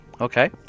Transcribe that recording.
Okay